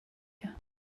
you